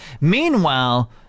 meanwhile